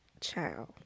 Child